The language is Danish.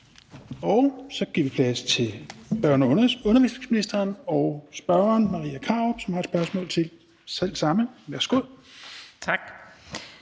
Så giver vi plads til børne- og undervisningsministeren, og spørgeren, fru Marie Krarup, har et spørgsmål til selv samme. Kl.